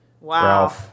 Wow